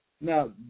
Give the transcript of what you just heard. Now